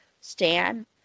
Stan